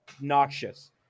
noxious